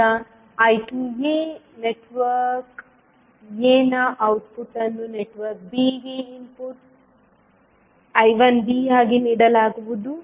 ಈಗ I2a network aನ output ಅನ್ನು ನೆಟ್ವರ್ಕ್ bಗೆ ಇನ್ಪುಟ್ I1b ಆಗಿ ನೀಡಲಾಗುವುದು